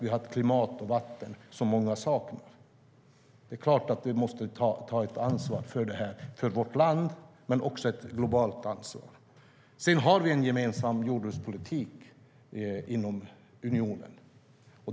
Vi har ett klimat och vatten som många saknar. Det är klart att vi måste ta ett ansvar för vårt land men också ta ett globalt ansvar. Vi har en gemensam jordbrukspolitik inom unionen.